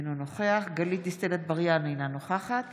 אינו נוכח גלית דיסטל אטבריאן, אינה נוכחת